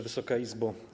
Wysoka Izbo!